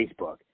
Facebook